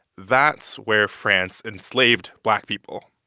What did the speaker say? that's where france enslaved black people,